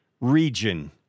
region